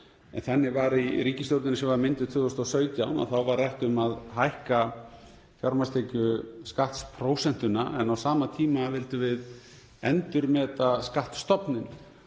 Þannig var í ríkisstjórninni sem var mynduð 2017 rætt um að hækka fjármagnstekjuskattsprósentuna en á sama tíma vildum við endurmeta skattstofninn